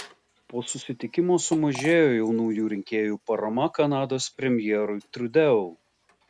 po susitikimo sumažėjo jaunųjų rinkėjų parama kanados premjerui trudeau